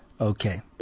okay